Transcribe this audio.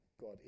God